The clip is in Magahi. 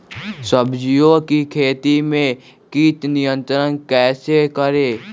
सब्जियों की खेती में कीट नियंत्रण कैसे करें?